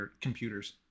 computers